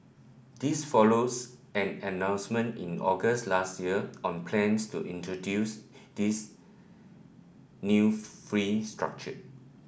this follows an announcement in August last year on plans to introduce this new fee structure